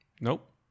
Nope